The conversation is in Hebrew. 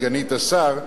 סגנית השר,